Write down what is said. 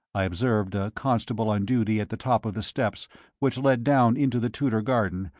i observed a constable on duty at the top of the steps which led down into the tudor garden,